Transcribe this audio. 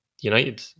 United